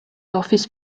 office